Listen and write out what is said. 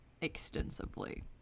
Extensively